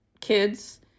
kids